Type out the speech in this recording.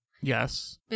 Yes